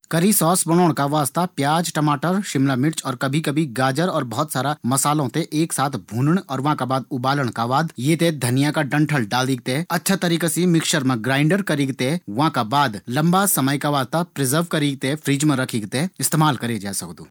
करी सौस बणोण का वास्ता प्याज़, टमाटर शिमला मिर्च और कभी कभी गाजर और बहुत सारा मसालों थें एक साथ भूनण और वांका बाद उबालणा का बाद ये पर धनिया का डंठल डालिक थें अच्छे तरीके से मिक्सचर मा ग्राइंडर करीक थें वांका बाद लम्बा समय का वास्ता प्रिजर्व करीक थें फ्रिजर मा रखिक थें इस्तेमाल करै जै सकदु